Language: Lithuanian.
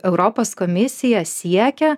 europos komisija siekia